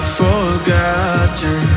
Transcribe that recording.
forgotten